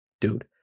dude